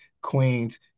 Queens